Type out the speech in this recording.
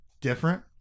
Different